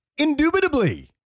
Indubitably